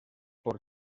por